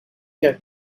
get